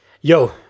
Yo